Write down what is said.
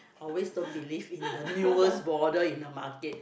I always don't believe in the newest bother in the market